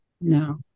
no